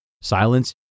silence